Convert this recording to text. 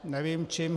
Nevím čím.